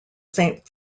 saint